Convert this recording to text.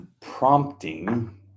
prompting